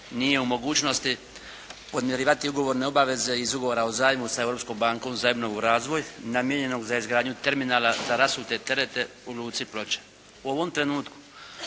nije u mogućnosti podmirivati ugovorne obaveze iz ugovora o zajmu sa Europskom bankom za obnovu i razvoj, namijenjenog za izgradnju terminala za rasute terete u luci Ploče. U ovom trenutku